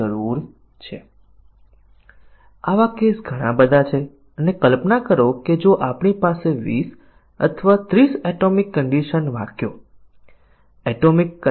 અહી ટકા એ શાખા કવરેજ છે જે આપણે લખી શકીએ તે અમલી શાખાઓની સંખ્યા ને સંભવિત શાખાઓની સંખ્યા વડે ભાગવાથી મળે છે